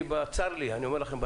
אני אומר לכם.